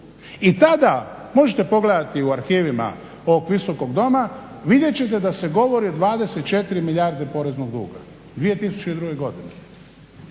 I tada, možete pogledati u arhivima ovog Visokog doma, vidjet ćete da se govori o 24 milijarde poreznog duga 2002. godine.